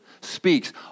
Speaks